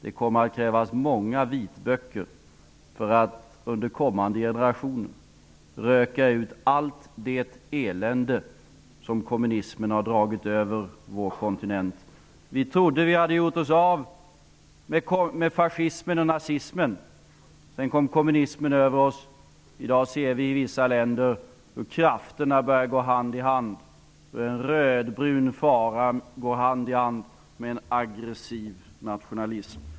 Det kommer att krävas många vitböcker för att under kommande generationer röka ut allt det elände som kommunismen har dragit över vår kontinent. Vi trodde att vi hade gjort oss av med fascismen och nazismen. Sedan kommunismen över oss. I dag ser vi i vissa länder hur dessa krafter börjar gå hand i hand, hur en rödbrun fara går tillsammans med en aggressiv nationalism.